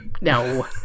No